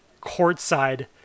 courtside